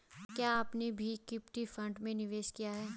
क्या आपने भी इक्विटी फ़ंड में निवेश किया है?